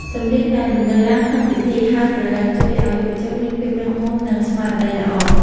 សំនៀងដែលបន្លឺឡើងក្នុងពិធីហៅព្រលឹង ជួយឱ្យយុវជនមានភាពរឹងមាំ និងស្មារតីល្អ។